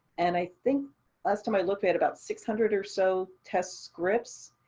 and i think last time i looked at about six hundred or so test scripts,